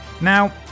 Now